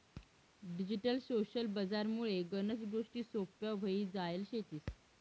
digital social बजार मुळे गनच गोष्टी सोप्प्या व्हई जायल शेतीस